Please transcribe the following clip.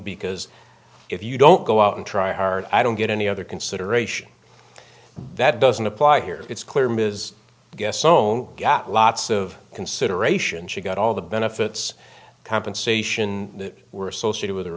because if you don't go out and try hard i don't get any other consideration that doesn't apply here it's clear ms guess own got lots of consideration she got all the benefits compensation that were associated with he